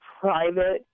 private